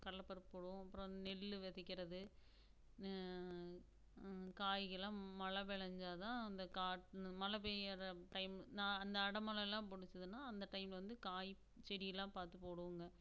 கடலப்பருப்பு போடுவோம் அப்புறம் நெல் விதைக்கிறது காய்களெலாம் மழை பெஞ்சாதான் அந்த காட் இந் மழை பெய்கிற டைம் நான் அந்த அடை மழையெலாம் பிடிச்சிதுன்னா அந்த டைம் வந்து காய் செடியெலாம் பார்த்து போடுவோங்க